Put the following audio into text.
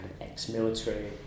ex-military